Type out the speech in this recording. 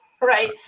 right